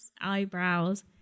eyebrows